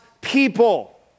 people